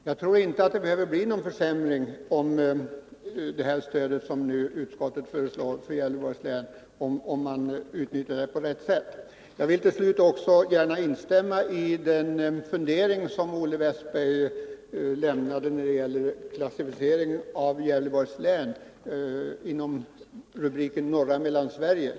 Jag tror inte att det behöver bli någon försämring, om det stöd som utskottet nu har föreslagit för Gävleborgs län utnyttjas på rätt sätt. Till slut vill jag också gärna instämma i den fundering som Olle Westberg gjorde beträffande placeringen av Gävleborgs län under rubriken Norra Mellansverige.